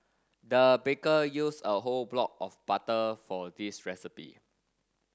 the baker used a whole block of butter for this recipe